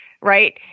right